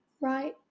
right